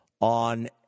on